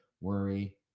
worry